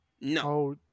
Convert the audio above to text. No